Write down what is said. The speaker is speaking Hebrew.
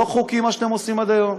לא חוקי מה שאתם עושים עד היום.